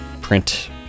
print